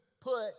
put